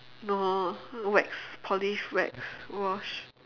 no wax polish wax wash